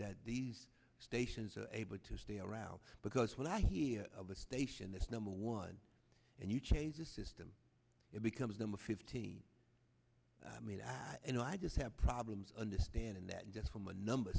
that these stations are able to stay around because what i hear of a station that's number one and you change the system it becomes i'm a fifteen i mean i you know i just have problems understanding that just from a number